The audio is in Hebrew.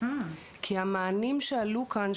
כי המענים שעלו כאן,